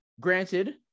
granted